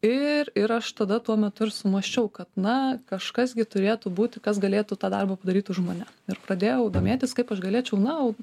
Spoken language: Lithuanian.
ir ir aš tada tuo metu ir sumąsčiau kad na kažkas gi turėtų būti kas galėtų tą darbą padaryt už mane ir pradėjau domėtis kaip aš galėčiau na